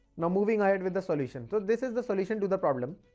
now moving ahead with the solution! so this is the solution to the problem.